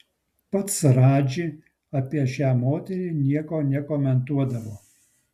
pats radži apie šią moterį nieko nekomentuodavo